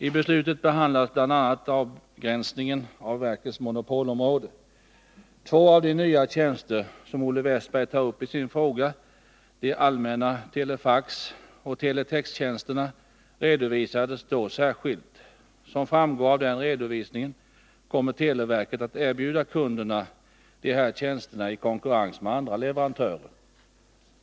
I beslutet behandlades bl.a. avgränsningen av verkets monopolområde. Två av de nya tjänster som Olle Wästberg tar upp i sin fråga, de allmänna telefaxoch teletextjänsterna, redovisades då särskilt. Som framgår av den redovisningen kommer televerket att erbjuda kunderna de här tjänsterna i konkurrens med andra leverantörer.